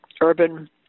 urban